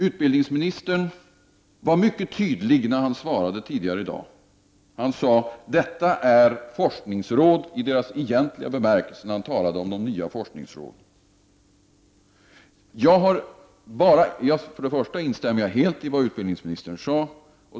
Utbildningsministern var mycket tydlig när han svarade tidigare i dag. När han talade om de nya forskningsråden sade han att detta är forskningsråd i deras egentliga bemärkelse. Jag instämmer helt i vad utbildningsministern sade.